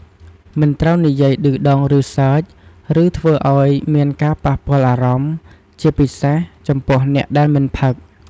មិនត្រូវនិយាយឌឺដង ឬសើច ឬធ្វើអោយមានការប៉ះពាល់អារម្មណ៍ ជាពិសេសចំពោះអ្នកដែលមិនផឹក។